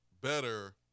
better